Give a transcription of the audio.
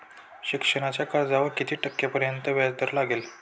शिक्षणाच्या कर्जावर किती टक्क्यांपर्यंत व्याजदर लागेल?